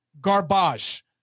garbage